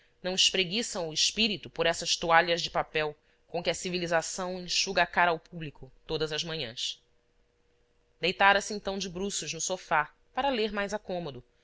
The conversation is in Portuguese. não espreguiçam o espírito por essas toalhas de papel com que a civilização enxuga a cara ao público todas as manhãs deitara se então de bruços no sofá para ler mais a cômodo